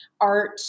art